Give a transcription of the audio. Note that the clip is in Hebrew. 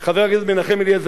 חבר הכנסת מנחם אליעזר מוזס,